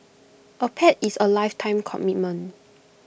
A pet is A lifetime commitment